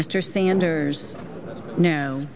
mr sanders no